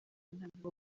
ntabwo